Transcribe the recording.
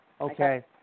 Okay